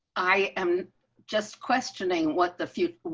i am just questioning what the future.